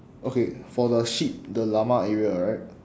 okay for the sheep the llama area right